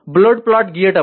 bowed ప్లాట్లు గీయడం